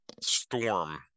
storm